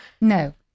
no